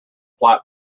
flat